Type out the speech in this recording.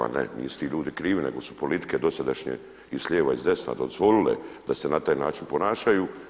Ne nisu ti ljudi krivi, nego su politike dosadašnje i s lijeva i s desna dozvolile da se na taj način ponašaju.